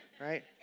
Right